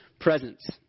presence